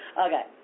okay